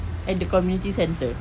and the community centre